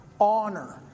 honor